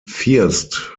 first